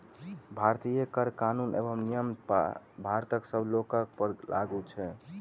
भारतीय कर कानून एवं नियम भारतक सब लोकपर लागू छै